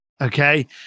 Okay